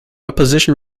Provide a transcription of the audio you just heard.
opposition